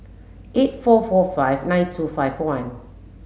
eight four four five nine two five one